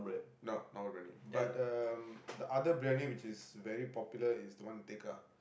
no not really but um the other Briyani which is very popular is to want at Tekka